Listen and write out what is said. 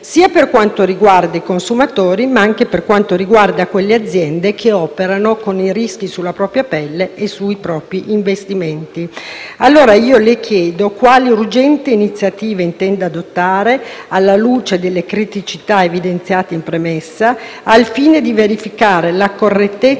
sia per quanto riguarda i consumatori, ma anche per quanto riguarda quelle aziende che operano con i rischi sulla propria pelle e sui propri investimenti, le chiedo, Ministro, quali urgenti iniziative intende adottare alla luce delle criticità evidenziate in premessa, al fine di verificare la correttezza